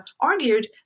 argued